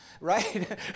right